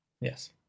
Yes